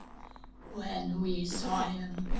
when we saw him,